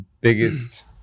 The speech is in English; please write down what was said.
biggest